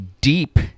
deep